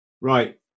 right